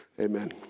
amen